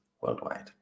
worldwide